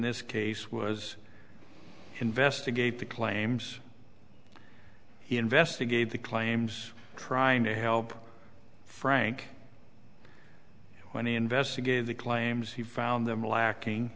this case was investigate the claims investigate the claims trying to help frank when he investigated the claims he found them lacking